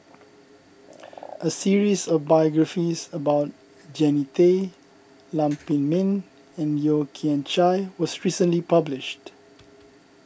a series of biographies about Jannie Tay Lam Pin Min and Yeo Kian Chye was recently published